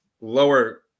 lower